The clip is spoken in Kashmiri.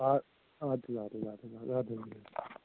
آ آدٕ حظ آدٕ حظ اَدٕ حظ اَدٕ حظ بِہِو